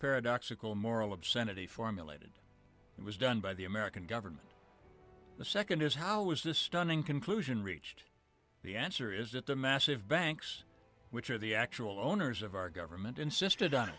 paradoxical moral obscenity formulated it was done by the american government the second is how was this stunning conclusion reached the answer is that the massive banks which are the actual owners of our government insisted on